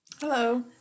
Hello